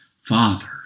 Father